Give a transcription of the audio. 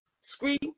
scream